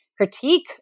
critique